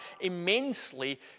immensely